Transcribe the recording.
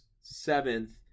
seventh